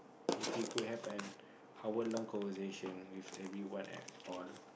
if you could have an hour long conversation with everyone at all